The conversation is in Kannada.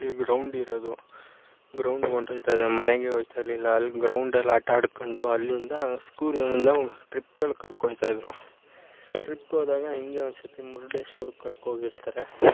ಅಲ್ಲಿ ಗ್ರೌಂಡ್ ಇರೋದು ಗ್ರೌಂಡ್ಗೆ ಹೊರ್ಟೊಯ್ತಾ ಇದ್ವಿ ಮನೆಗೆ ಹೋಗ್ತಾ ಇರಲಿಲ್ಲ ಅಲ್ಲಿ ಗ್ರೌಂಡಲ್ಲಿ ಆಟ ಆಡಿಕೊಂಡು ಅಲ್ಲಿಂದ ಸ್ಕೂಲಲ್ಲೆಲ್ಲ ಟ್ರಿಪ್ಗಳು ಕರ್ಕೊ ಹೋಗ್ತಾಯಿದ್ರು ಟ್ರಿಪ್ಗೆ ಹೋದಾಗ ಹಿಂಗೆ ಒಂದು ಸರ್ತಿ ಮುರ್ಡೇಶ್ವರಕ್ಕೆ ಕರ್ಕೊ ಹೋಗಿರ್ತಾರೆ